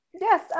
Yes